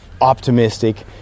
optimistic